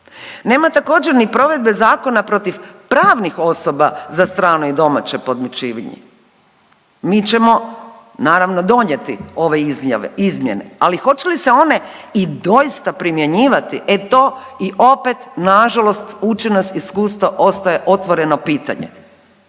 Nema također, ni provedbe zakona protiv pravnih osoba za strano i domaće podmićivanje. Mi ćemo, naravno, donijeti ove izmjene, ali hoće li se one i doista primjenjivati, e to i opet nažalost, uči nas iskustvo, ostaje otvoreno pitanje.